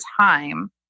time